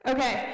Okay